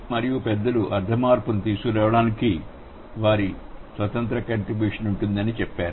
పిల్లలు మరియు పెద్దలు అర్థ మార్పును తీసుకురావడానికి వారి వారి స్వంత కాంట్రిబ్యూషన్ ఉంటుందని చెప్పారు